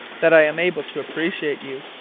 that i am able to appreciate you,